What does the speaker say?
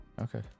Okay